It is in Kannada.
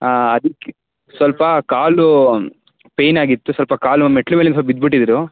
ಹಾಂ ಅದಕ್ಕೆ ಸ್ವಲ್ಪ ಕಾಲು ಪೆಯ್ನ್ ಆಗಿತ್ತು ಸ್ವಲ್ಪ ಕಾಲು ಮೆಟ್ಟಿಲು ಮೇಲಿಂದ ಸ್ವಲ್ಪ ಬಿದ್ದುಬಿಟ್ಟಿದ್ರು